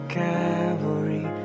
cavalry